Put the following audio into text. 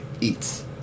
eats